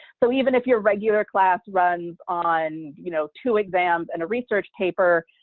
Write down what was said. so even if your regular class runs on you know two exams and a research paper,